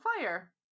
fire